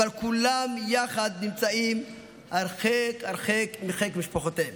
אבל כולם יחד נמצאים הרחק הרחק מחיק משפחותיהם.